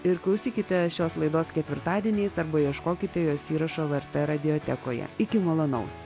ir klausykite šios laidos ketvirtadieniais arba ieškokite jos įrašą lrt radiotekoje iki malonaus